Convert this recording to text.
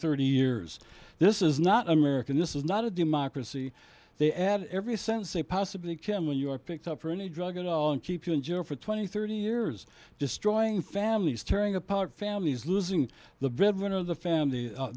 thirty years this is not an american this is not a democracy they add every sense they possibly can when you're picked up for any drug at all and keep you in jail for twenty thirty years destroying families tearing apart families losing the breadwinner of the family